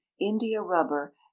india-rubber